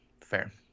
fair